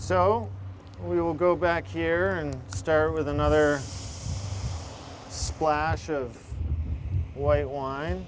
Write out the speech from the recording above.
so we will go back here and start with another splash of white wine